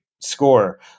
score